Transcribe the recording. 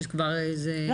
שזה כבר --- לא,